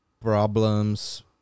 problems